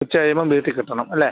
ഉച്ച കഴിയുമ്പം വീട്ടിൽ കിട്ടണം അല്ലേ